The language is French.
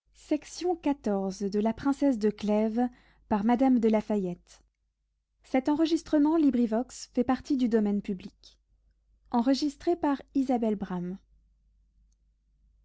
of la princesse de clèves